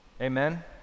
Amen